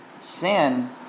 Sin